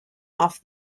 off